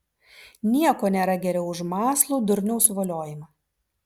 nieko nėra geriau už mąslų durniaus voliojimą